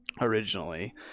originally